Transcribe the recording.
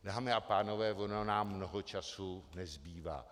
Dámy a pánové, ono nám mnoho času nezbývá.